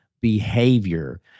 behavior